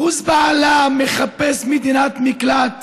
ואחוז בהלה מחפש מדינת מקלט